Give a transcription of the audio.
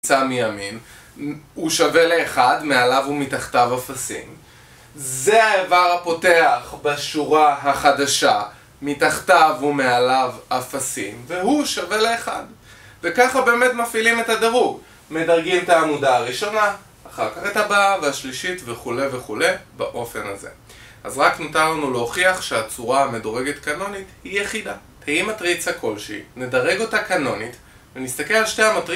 הוא שווה לאחד, מעליו ומתחתיו אפסים זה האיבר הפותח בשורה החדשה מתחתיו ומעליו אפסים והוא שווה לאחד וככה באמת מפעילים את הדרוג מדרגים את העמודה הראשונה אחר כך את הבאה והשלישית וכולי וכולי באופן הזה אז רק נותר לנו להוכיח שהצורה המדורגת קנונית היא יחידה. תהיי מטריצה כלשהי, נדרג אותה קנונית ונסתכל על שתי המטריצות